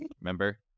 remember